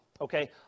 Okay